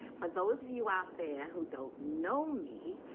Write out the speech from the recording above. for those of you out there who don't know me,